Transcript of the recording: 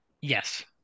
Yes